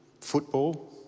football